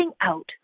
out